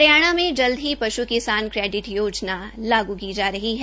हरियाणा में जल्द ही पश् किसान क्रेडिट योजना लागू की जा रही है